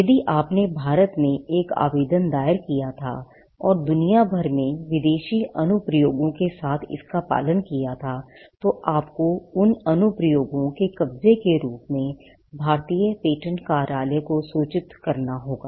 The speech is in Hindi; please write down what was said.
यदि आपने भारत में एक आवेदन दायर किया था और दुनिया भर में विदेशी अनुप्रयोगों के साथ इसका पालन किया था तो आपको उन अनुप्रयोगों के कब्जे के रूप में भारतीय पेटेंट कार्यालय को सूचित करना होगा